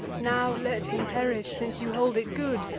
now let him perish, since you hold it good,